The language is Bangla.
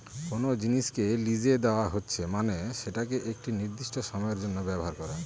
কোনো জিনিসকে লিসে দেওয়া হচ্ছে মানে সেটাকে একটি নির্দিষ্ট সময়ের জন্য ব্যবহার করা